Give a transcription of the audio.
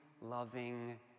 loving